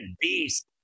beast